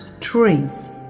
trees